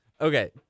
Okay